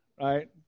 right